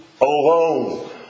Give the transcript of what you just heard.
alone